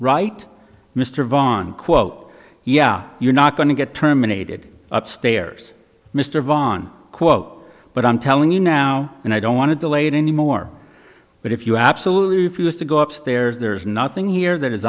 right mr vaughan quote yeah you're not going to get terminated upstairs mr vaughan quote but i'm telling you now and i don't want to delay it any more but if you absolutely refuse to go upstairs there's nothing here that